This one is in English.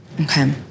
Okay